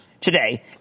today